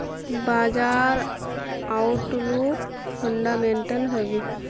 बाजार outlook fundamental हैवै?